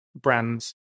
brands